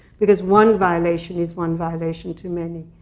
because one violation is one violation too many.